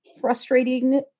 frustrating